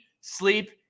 sleep